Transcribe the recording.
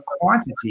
quantity